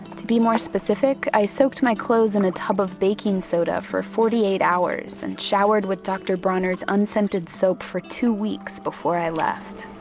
to be more specific, i soaked my clothes in a tub of baking soda for forty eight hours and showered with dr. bronner's unscented soap for two weeks before i left.